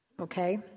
okay